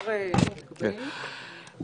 חקיקה על שולחן הוועדה.